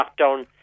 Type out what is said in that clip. lockdown